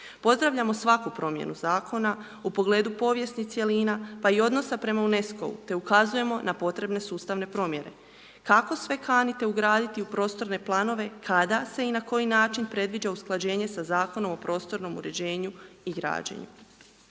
Pozdravljamo svaku promjenu zakona u pogledu povijesnih cjelina, pa i odnosa prema UNESCO-u te ukazujemo na potrebne sustavne promjene. Kako sve kanite ugraditi u prostorne planove kada se i na koji način predviđa usklađenje sa Zakonom o prostornom uređenju i građenju.